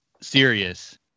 serious